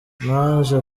naje